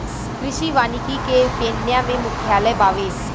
कृषि वानिकी के केन्या में मुख्यालय बावे